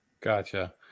Gotcha